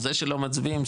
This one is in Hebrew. זה שלא מצביעים,